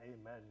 amen